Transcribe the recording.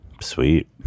sweet